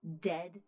dead